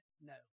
no